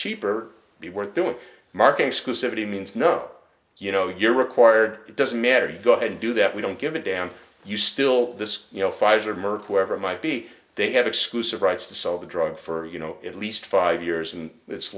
cheaper we were doing market exclusively means no you know you're required it doesn't matter you go and do that we don't give a damn you still this you know pfizer merck whoever might be they have exclusive rights to sell the drug for you know at least five years and it's